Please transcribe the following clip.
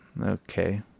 okay